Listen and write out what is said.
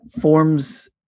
forms